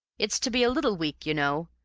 it's to be a little week, you know,